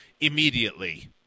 immediately